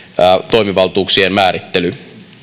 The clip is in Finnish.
toimivaltuuksien määrittely